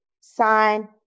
Sign